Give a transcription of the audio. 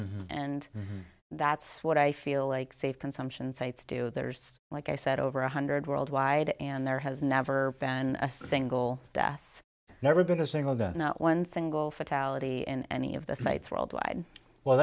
recover and that's what i feel like save consumption sites do there's like i said over one hundred worldwide and there has never been a single death never been a single day not one single fatality in any of the sites worldwide well